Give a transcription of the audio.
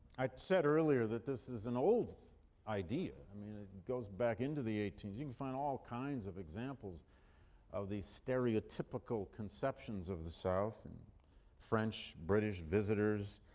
i said earlier that this is an old idea, i mean it goes back into the eighteenth you can find all kinds of examples of these stereotypical conceptions of the south in french, british visitors.